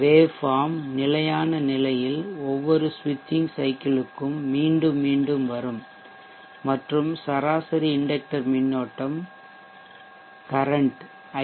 வேவ்ஃபாம்அலைவடிவங்கள் நிலையான நிலையில் ஒவ்வொரு சுவிட்ச்சிங் சைக்கிள் க்கும் மீண்டும் மீண்டும் வரும் மற்றும் சராசரி இண்டக்டர் மின்னோட்டம் கரன்ட் ஐ